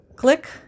Click